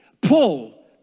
Paul